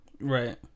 right